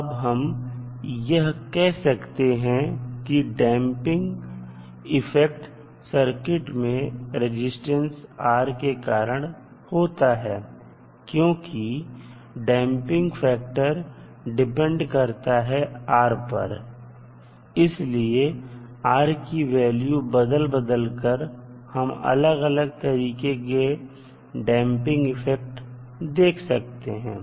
अब हम यह कह सकते हैं कि डैंपिंग इफेक्ट सर्किट में रजिस्टेंस R के कारण होता है क्योंकि डैंपिंग फैक्टर डिपेंड करता है R पर इसलिए R की वैल्यू बदल बदल कर हम अलग अलग तरीके के डैंपिंग इफेक्ट देख सकते हैं